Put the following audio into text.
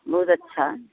बहुत अच्छा